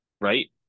right